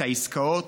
את העסקאות.